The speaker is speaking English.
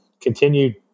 continued